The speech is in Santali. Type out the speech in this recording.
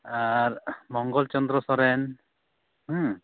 ᱟᱨ ᱢᱚᱝᱜᱚᱞ ᱪᱚᱱᱫᱨᱚ ᱥᱚᱨᱮᱱ